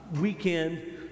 weekend